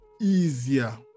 easier